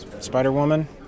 Spider-Woman